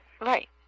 Right